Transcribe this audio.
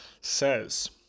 says